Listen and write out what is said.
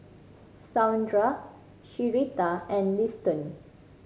Saundra Syreeta and Liston